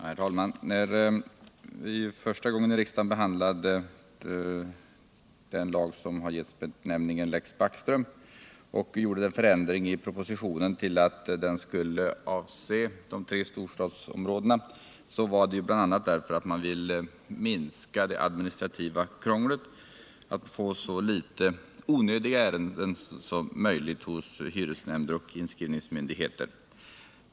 Herr talman! När vi första gången i riksdagen behandlade den lag som har givits benämningen Lex Backström och gjorde den förändringen i propositionen att den skulle avse de tre storstadsområdena, var bakgrunden bl.a. den alt det administrativa krånglet därigenom skulle minska, så att man skulle få så få onödiga ärenden som möjligt hos hyresnämnder och inskrivningsmyndigheter.